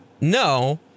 No